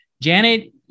Janet